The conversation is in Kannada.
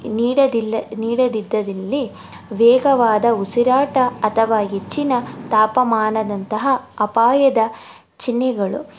ನೀಡೋದಿಲ್ಲ ನೀಡದಿದ್ದರಲ್ಲಿ ವೇಗವಾದ ಉಸಿರಾಟ ಅಥವಾ ಹೆಚ್ಚಿನ ತಾಪಮಾನದಂತಹ ಅಪಾಯದ ಚಿಹ್ನೆಗಳು